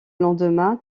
lendemain